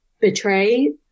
betray